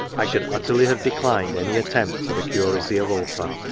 i should utterly have declined any attempt to the curacy of ulpha